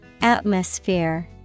Atmosphere